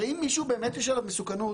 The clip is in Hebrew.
הרי אם מישהו באמת נשלל על מסוכנות